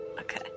Okay